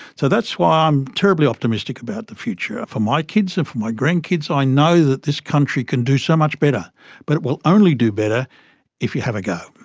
so that's why i'm terribly optimistic about the future. for my kids and for my grandkids i know that this country can do so much better but it will only do better if you have a go.